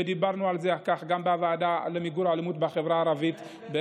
ודיברנו על כך גם בוועדה למיגור האלימות בחברה הערבית.